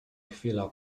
chwila